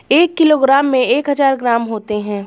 एक किलोग्राम में एक हजार ग्राम होते हैं